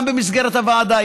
גם במסגרת הוועדה,